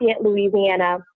Louisiana